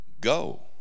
Go